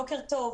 בוקר טוב.